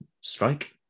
strike